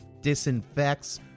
disinfects